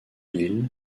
bilh